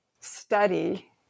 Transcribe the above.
study